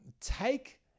take